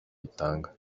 bitanga